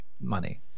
money